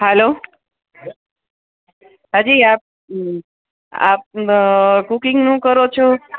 hello હાજી આપ આપ કૂકિંગનું કરો છો